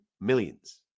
millions